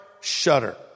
shudder